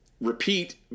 Repeat